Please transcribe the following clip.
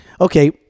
Okay